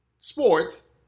sports